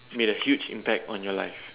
made a huge impact on your life